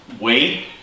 wait